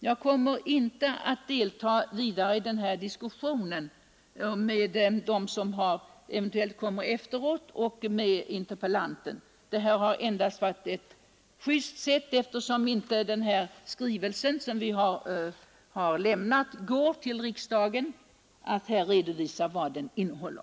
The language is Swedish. Jag kommer inte att delta i den här diskussionen med dem som eventuellt tar till orda efteråt eller med interpellanten. Eftersom den skrivelse som vi har framlämnat inte går till riksdagen har detta varit ett just sätt att redovisa vad den innehåller.